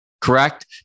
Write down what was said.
correct